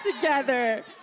together